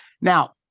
Now